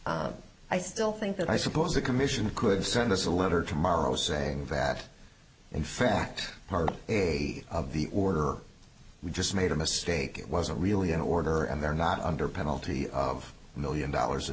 that i still think that i suppose the commission could send us a letter tomorrow saying that in fact a of the order we just made a mistake it wasn't really an order and they're not under penalty of a million dollars a